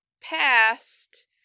past